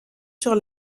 sur